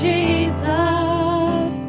Jesus